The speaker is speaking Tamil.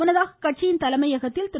முன்னதாக கட்சியின் தலைமையகத்தில் திரு